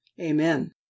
Amen